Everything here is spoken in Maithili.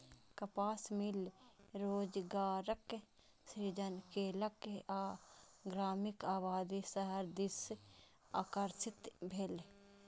कपास मिल रोजगारक सृजन केलक आ ग्रामीण आबादी शहर दिस आकर्षित भेल